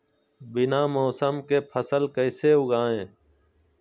बिना मौसम के फसल कैसे उगाएं?